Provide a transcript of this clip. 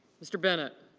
mr. bennett